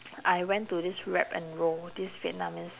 I went to this wrap and roll this vietnamese